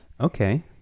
okay